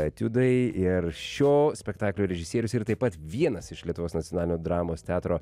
etiudai ir šio spektaklio režisierius ir taip pat vienas iš lietuvos nacionalinio dramos teatro